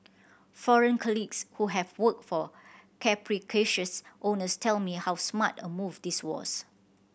foreign colleagues who have worked for capricious owners tell me how smart a move this was